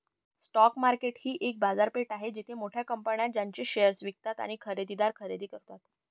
stock market ही एक बाजारपेठ आहे जिथे मोठ्या कंपन्या त्यांचे शेअर्स विकतात आणि खरेदीदार खरेदी करतात